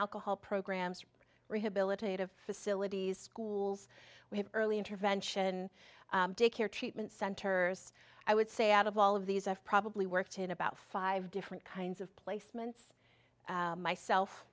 alcohol programs rehabilitative facilities schools we have early intervention day care treatment centers i would say out of all of these i've probably worked in about five different kinds of placements myself